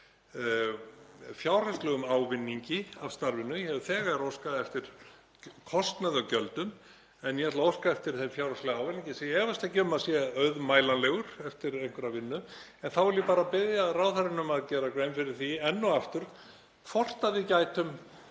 fjárhagslegum ávinningi af starfinu. Ég hef þegar óskað eftir kostnaði og gjöldum en ég ætla að óska eftir þeim fjárhagslega ávinningi sem ég efast ekki um að sé auðmælanlegur eftir einhverja vinnu. En þá vil ég bara biðja ráðherrann um að gera grein fyrir því enn og aftur hvort við gætum